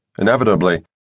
Inevitably